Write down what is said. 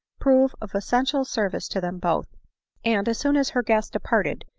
prove of essential service to them both and as soon as her, guest departed,